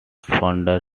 founder